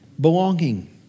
Belonging